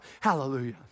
Hallelujah